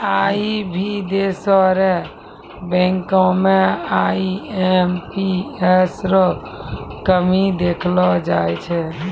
आई भी देशो र बैंको म आई.एम.पी.एस रो कमी देखलो जाय छै